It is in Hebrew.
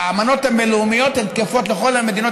האמנות הבין-לאומיות תקפות לכל המדינות